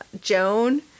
Joan